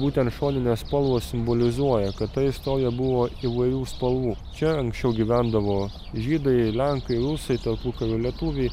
būtent šoninės spalvos simbolizuoja kad ta istorija buvo įvairių spalvų čia anksčiau gyvendavo žydai lenkai rusai tarpukario lietuviai